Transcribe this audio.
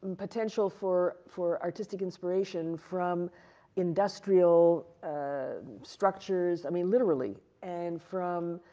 potential for for artistic inspiration from industrial structures. i mean, literally. and from